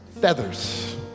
feathers